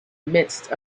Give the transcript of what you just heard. midst